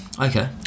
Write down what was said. Okay